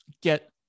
get